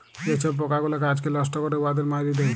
যে ছব পকাগুলা গাহাচকে লষ্ট ক্যরে উয়াদের মাইরে দেয়